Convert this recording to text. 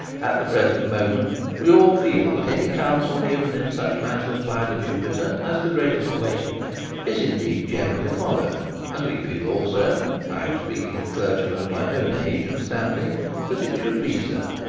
at the present moment we all feel that any counsel given in such matters by the jupiter has the greatest weight is, indeed, generally followed and we feel also i am speaking of clergymen of my own age and standing that it should be so.